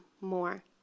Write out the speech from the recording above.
more